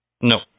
No